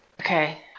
Okay